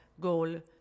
goal